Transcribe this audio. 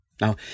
Now